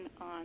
on